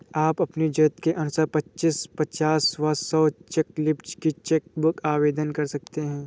आप अपनी जरूरत के अनुसार पच्चीस, पचास व सौ चेक लीव्ज की चेक बुक आवेदन कर सकते हैं